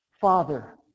Father